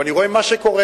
ואני רואה מה שקורה,